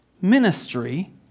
ministry